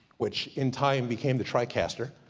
which in time became the tricaster.